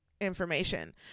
information